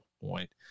point